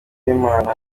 uwimana